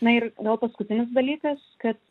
na ir gal paskutinis dalykas kad